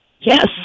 Yes